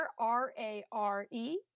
R-A-R-E